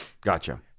Gotcha